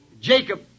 Jacob